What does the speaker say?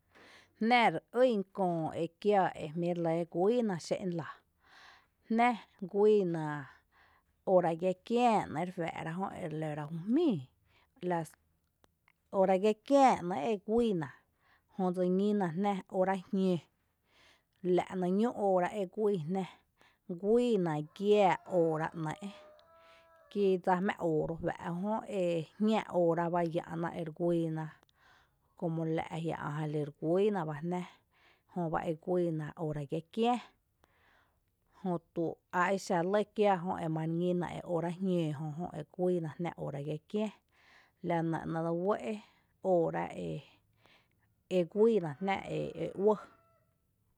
Jnⱥ re ýn köö ekiää e jmí’ re lɇ guíina xé’n lⱥ, Jnⱥ guíi na óora giá kiää ‘nɇ’ re juⱥ’ rá jö re lǿ ra jú jmíi las óora giá kiää ‘né’ e guíi na, jö dse ñína Jnⱥ óora jñǿǿ la’ ´né’ ñú’n óora e guíi Jnⱥ guíina giⱥⱥ óora ‘néé’ kí dsa jmⱥⱥ oo ro’ juⱥ’ e jñⱥ óora bá e ‘ná’ re guíina como lⱥ’ ajiⱥ ä’ jalí re guíina bá jnⱥ jöba e guíina óora giⱥ kiää jötu a exa lɇ kiaa jö emare ñína óora jñǿǿ jö jó emari guíina jn jnⱥ óora giá kiää, nɇ ´néé’ uɇ’ óora e guíina jnɇ’ e uɇɇ.